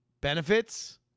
benefits